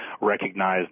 recognize